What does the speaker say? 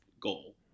goal